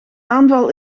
aanval